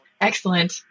excellent